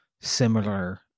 similar